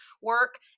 work